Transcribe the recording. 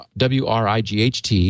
WRIGHT